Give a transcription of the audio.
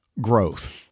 growth